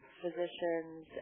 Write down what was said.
physicians